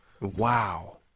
Wow